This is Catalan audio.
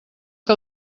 que